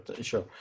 sure